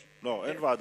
קרואה.